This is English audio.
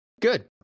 Good